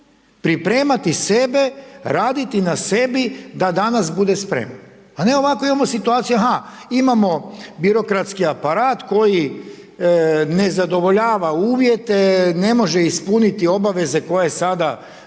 pripremati sebe, raditi na sebi da danas bude spreman a ne ovako imamo situaciju aha, imamo birokratski aparat koji nezadovoljava uvjete, ne može ispuniti obaveze koje sada